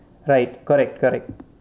right correct correct